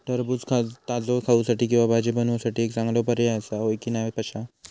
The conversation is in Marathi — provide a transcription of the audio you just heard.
टरबूज ताजो खाऊसाठी किंवा भाजी बनवूसाठी एक चांगलो पर्याय आसा, होय की नाय पश्या?